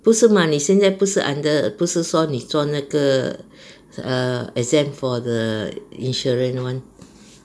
不是 mah 你现在不是 under 不是说你做那个 err exam for the insurance [one]